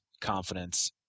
confidence